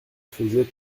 faisait